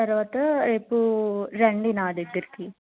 తర్వాత రేపు రండి నా దగ్గరికి